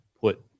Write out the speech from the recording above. put